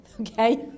okay